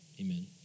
amen